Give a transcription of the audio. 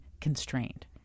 constrained